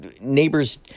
neighbors